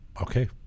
Okay